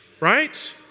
Right